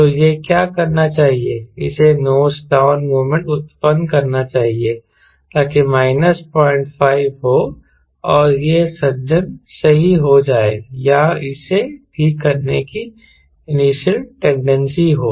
तो यह क्या करना चाहिए इसे नोज डाउन मोमेंट उत्पन्न करना चाहिए ताकि माइनस 05 हो और यह सज्जन सही हो जाए या इसे ठीक करने की इनिशियल टेंडेंसी हो